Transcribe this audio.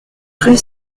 rue